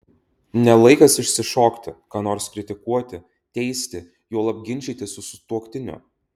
ne laikas išsišokti ką nors kritikuoti teisti juolab ginčytis su sutuoktiniu